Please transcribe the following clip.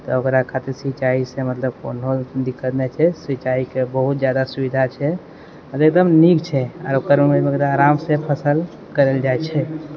तऽ ओकरा खातिर सिञ्चाइसँ मतलब कोनो दिक्कत नहि छै सिञ्चाइके बहुत जादा सुविधा छै हाँ तऽ एकदम नीक छै तऽ आरामसँ फसल करल जाइ छै